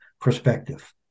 perspective